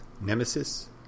Nemesis